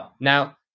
Now